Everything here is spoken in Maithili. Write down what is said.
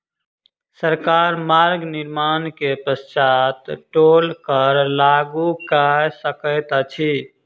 सरकार मार्ग निर्माण के पश्चात टोल कर लागू कय सकैत अछि